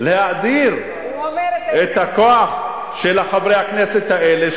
הוא ממשיך להאדיר את הכוח של חברי הכנסת האלה,